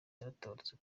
yaratabarutse